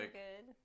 good